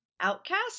Outcast